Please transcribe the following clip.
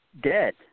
dead